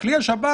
אל תלך לשם.